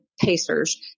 Pacers